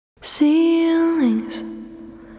Ceilings